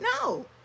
No